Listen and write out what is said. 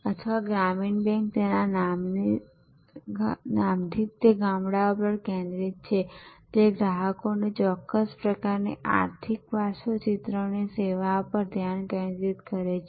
તેથી ગ્રામીણ બેંક તેના નામથી તે ગામડાઓ પર કેન્દ્રિતછે તે ગ્રાહકોની ચોક્કસ પ્રકારની આર્થિક પાર્શ્વચિત્રની સેવા પર ધ્યાન કેન્દ્રિત કરે છે